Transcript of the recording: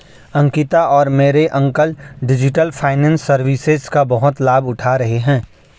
अंकिता और मेरे uncle digital finance services का बहुत लाभ उठा रहे हैं